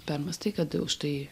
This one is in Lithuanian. permąstai kad už tai